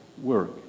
work